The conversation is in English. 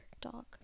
dog